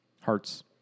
Hearts